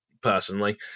personally